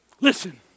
Listen